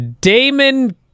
Damon